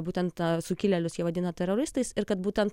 būtent tą sukilėlius jie vadina teroristais ir kad būtent